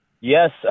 yes